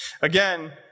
Again